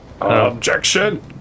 Objection